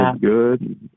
good